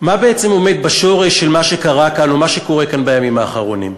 מה בעצם עומד בשורש של מה שקרה כאן או מה שקורה כאן בימים האחרונים?